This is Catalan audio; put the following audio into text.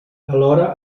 alhora